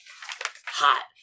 Hot